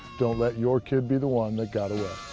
don't let your kid be the one that got away.